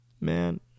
Man